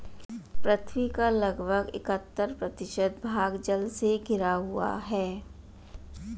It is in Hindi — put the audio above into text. पृथ्वी का लगभग इकहत्तर प्रतिशत भाग जल से घिरा हुआ है